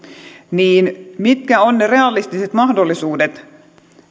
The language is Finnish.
niin mitkä ovat ne realistiset mahdollisuudet